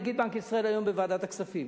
נגיד בנק ישראל היה היום בוועדת הכספים.